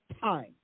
time